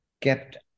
kept